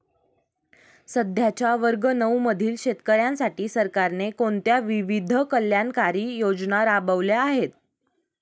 सध्याच्या वर्ग नऊ मधील शेतकऱ्यांसाठी सरकारने कोणत्या विविध कल्याणकारी योजना राबवल्या आहेत?